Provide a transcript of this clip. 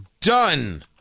done